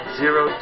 zero